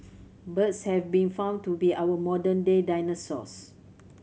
birds have been found to be our modern day dinosaurs